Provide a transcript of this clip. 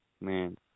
Man